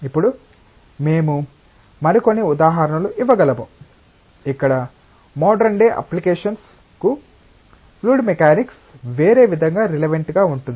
ఇప్పుడు మేము మరికొన్ని ఉదాహరణలు ఇవ్వగలము ఇక్కడ మోడరన్ డే అప్లికేషన్స్ కు ఫ్లూయిడ్ మెకానిక్స్ వేరే విధంగా రిలేవెంట్ గా ఉంటుంది